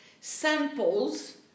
Samples